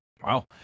Wow